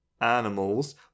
animals